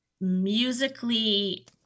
musically